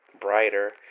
brighter